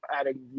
adding